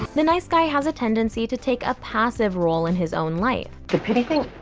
the nice guy has a tendency to take a passive role in his own life. the pity thing?